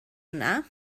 yna